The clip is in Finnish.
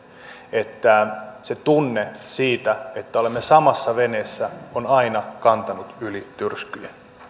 että se tunne siitä että olemme samassa veneessä on aina kantanut yli tyrskyjen